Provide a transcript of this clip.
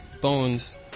bones